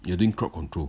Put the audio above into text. you are doing crowd control